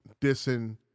dissing